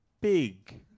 big